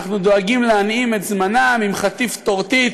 אנחנו דואגים להנעים את זמנם עם חטיף טורטית,